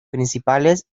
principales